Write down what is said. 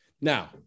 Now